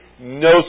No